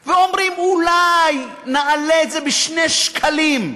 ואומרים: אולי נעלה את זה ב-2 שקלים.